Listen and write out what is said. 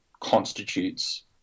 constitutes